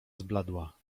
zbladła